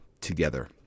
together